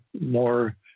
more